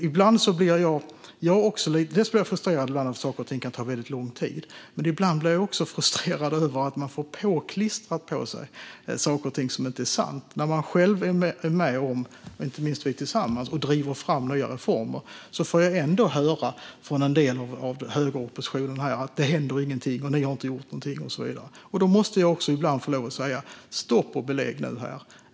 Ibland blir jag frustrerad över att saker och ting kan ta väldigt lång tid. Men ibland blir jag också frustrerad över att jag får saker och ting påklistrade som inte är sanna. När jag själv, och inte minst vi tillsammans, driver fram nya reformer får jag ändå höra från en del av högeroppositionen här att det inte händer någonting, att vi inte har gjort någonting och så vidare. Då måste jag ibland få lov att säga: Stopp och belägg nu!